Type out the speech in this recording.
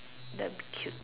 that would be cute